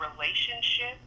relationship